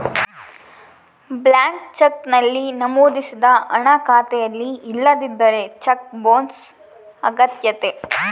blank cheque ನಲ್ಲಿ ನಮೋದಿಸಿದ ಹಣ ಖಾತೆಯಲ್ಲಿ ಇಲ್ಲದಿದ್ದರೆ ಚೆಕ್ ಬೊನ್ಸ್ ಅಗತ್ಯತೆ